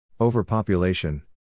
Overpopulation